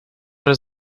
does